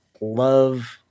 love